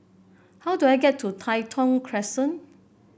how do I get to Tai Thong Crescent